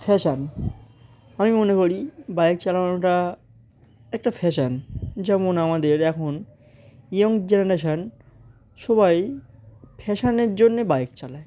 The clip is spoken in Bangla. ফ্যাশন আমি মনে করি বাইক চালানোটা একটা ফ্যাশন যেমন আমাদের এখন ইয়ং জেনারেশন সবাই ফ্যাশনের জন্যে বাইক চালায়